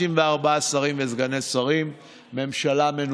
אנחנו עוברים להצבעה על הסתייגות 237. הצבעה.